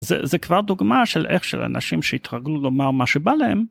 זה זה כבר דוגמה של איך של אנשים שהתרגלו לומר מה שבא להם.